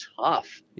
tough